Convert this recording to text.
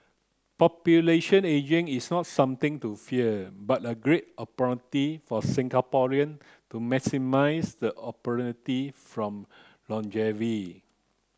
population ageing is not something to fear but a great opportunity for Singaporean to maximise the opportunity from longevity